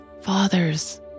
fathers